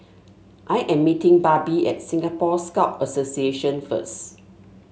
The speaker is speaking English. I am meeting Barbie at Singapore Scout Association first